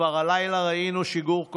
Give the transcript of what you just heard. כבר הלילה ראינו שיגור,